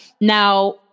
Now